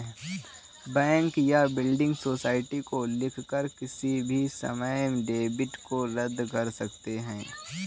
bank या building society को लिखकर किसी भी समय डेबिट को रद्द कर सकते हैं